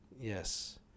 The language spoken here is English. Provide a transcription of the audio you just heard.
Yes